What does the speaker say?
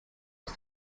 ist